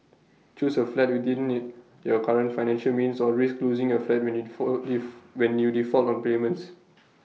choose A flat within you your current financial means or risk losing your flat when you fault diff when you default on payments